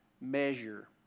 measure